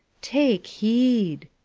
take heed!